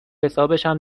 حسابشم